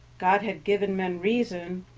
god had given men reason,